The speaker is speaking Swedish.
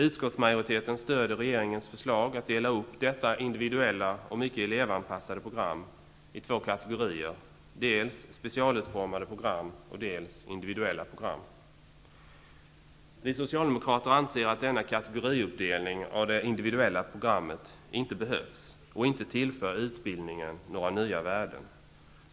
Utskottsmajoriteten stöder regeringens förslag att dela upp detta individuella och mycket elevanpassade program i två kategorier: dels specialutformade program, dels individuella program. Vi Socialdemokrater anser att denna kategoriuppdelning av det individuella programmet inte behövs och inte tillför utbildningen några nya värden.